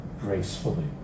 gracefully